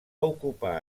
ocupar